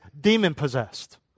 demon-possessed